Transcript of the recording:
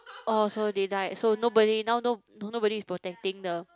orh so they died so nobody now no no nobody is protecting the